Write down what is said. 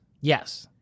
Yes